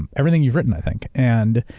and everything you've written, i think, and